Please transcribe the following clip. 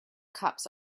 cups